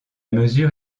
mesure